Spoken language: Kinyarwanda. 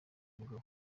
umugabo